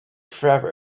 forever